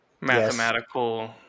mathematical